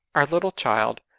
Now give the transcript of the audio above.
our little child,